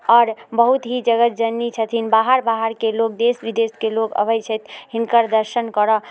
आओर बहुत ही जगतजननी छथिन बाहर बाहरके लोक देश विदेशके लोक अबै छथि हिनकर दर्शन करऽ